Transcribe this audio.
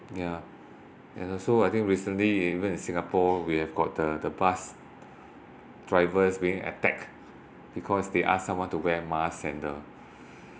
yeah and also I think recently even in singapore we have got the the bus drivers being attack because they ask someone to wear mask and the